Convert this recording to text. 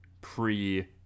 pre